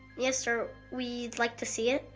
yes sir, we'd like to see it.